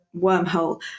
wormhole